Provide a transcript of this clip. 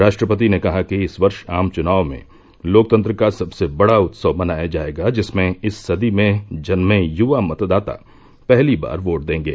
राष्ट्रपति ने कहा कि इस वर्ष आम चुनाव में लोकतंत्र का सबसे बड़ा उत्सव मनाया जाएगा जिसमें इस सदी में जन्ने युवा मतदाता पहली बार बोट देंगे